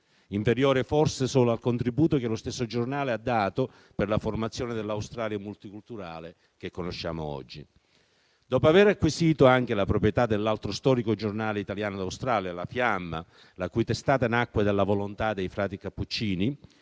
inferiore forse solo al contributo che lo stesso giornale ha dato per la formazione dell'Australia multiculturale che conosciamo oggi. Dopo aver acquisito anche la proprietà dell'altro storico giornale italiano d'Australia, «La Fiamma», la cui testata nacque dalla volontà dei frati cappuccini